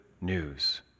news